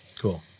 Cool